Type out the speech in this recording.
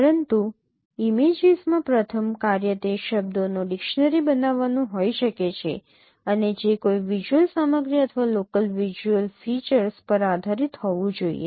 પરંતુ ઇમેજીસમાં પ્રથમ કાર્ય તે શબ્દોનો ડિક્શનરી બનાવવાનું હોઈ શકે છે અને જે કોઈ વિઝ્યુઅલ સામગ્રી અથવા લોકલ વિઝ્યુઅલ ફીચર્સ પર આધારિત હોવું જોઈએ